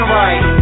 right